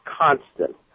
constant